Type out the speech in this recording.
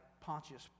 Pontius